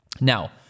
Now